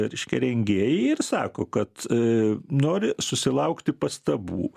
reiškia rengėjai ir sako kad aaa nori susilaukti pastabų